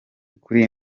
kuri